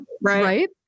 Right